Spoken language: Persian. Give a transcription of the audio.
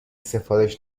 سفارش